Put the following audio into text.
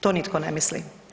To nitko ne misli.